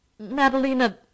madalina